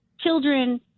Children